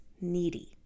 needy